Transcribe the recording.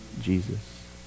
Jesus